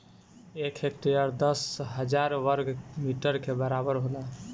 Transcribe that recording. एक हेक्टेयर दस हजार वर्ग मीटर के बराबर होला